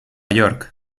york